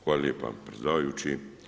Hvala lijepa predsjedavajući.